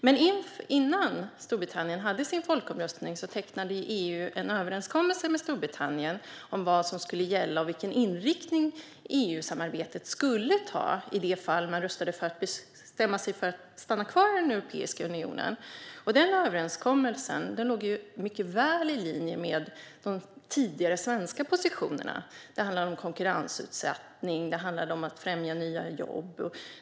Men innan Storbritannien hade sin folkomröstning tecknade EU en överenskommelse med Storbritannien om vad som skulle gälla och vilken inriktning EU-samarbetet skulle ta i det fall man röstade för att bestämma sig för att stanna kvar i Europeiska unionen. Den överenskommelsen låg mycket väl i linje med de tidigare svenska positionerna. Det handlade om konkurrensutsättning och om att främja nya jobb.